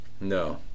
no